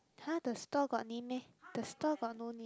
!huh! the store got name meh the store got no name